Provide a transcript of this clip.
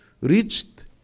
reached